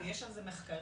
יש על זה מחקרים,